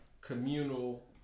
communal